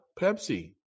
Pepsi